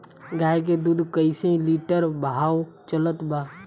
गाय के दूध कइसे लिटर भाव चलत बा?